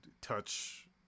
touch